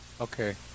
Okay